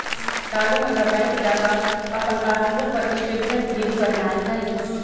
काल्हू हमरा बैंक जा कऽ अप्पन पासबुक पर स्टेटमेंट प्रिंट करेनाइ हइ